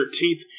13th